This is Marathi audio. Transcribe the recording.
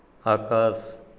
आकास